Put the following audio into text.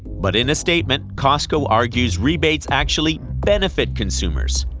but in a statement, costco argues rebates actually benefit consumers.